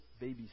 baby